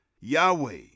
Yahweh